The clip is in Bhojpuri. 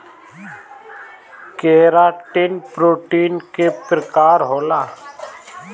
केराटिन प्रोटीन के प्रकार होला